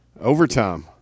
overtime